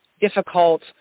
difficult